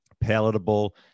palatable